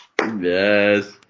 yes